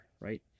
right